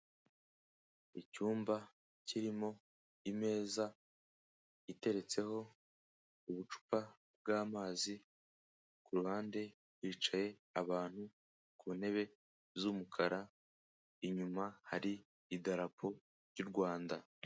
Icyumba kirimo imeza iteretseho ubucupa bw'amazi, ku ruhande hicaye abantu ku ntebe z'umukara, inyuma hari idarapo ry'u Rwanda.